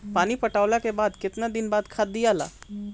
पानी पटवला के बाद केतना दिन खाद दियाला?